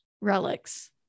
relics